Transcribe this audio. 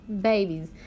babies